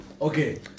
Okay